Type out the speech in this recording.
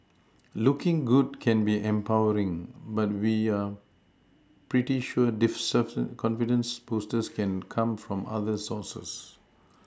looking good can be empowering but we're pretty sure this surfer confidence boosters can come from other sources